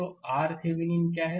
तो अब RThevenin क्या है